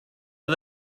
are